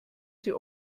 sie